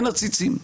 אין עציצים,